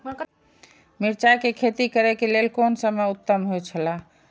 मिरचाई के खेती करे के लेल कोन समय उत्तम हुए छला?